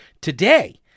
today